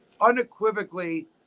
unequivocally